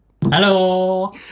hello